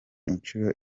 inshuro